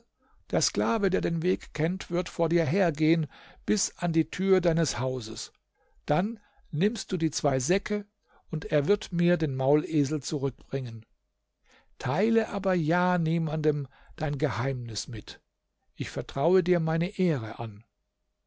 der sklave der den weg kennt wird vor dir hergehen bis an die tür deines hauses dann nimmst du die zwei säcke und er wird mir den maulesel zurückbringen teile aber ja niemanden dein geheimnis mit ich vertraue dir meine ehre an